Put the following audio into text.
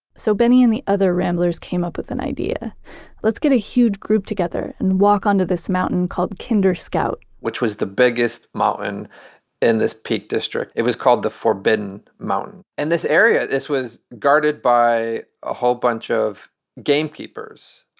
so benny and the other ramblers came up with an idea let's get a huge group together and walk onto this mountain called kinder scout which was the biggest mountain in this peak district. it was called the forbidden mountain. and this area was guarded by a whole bunch of gamekeepers.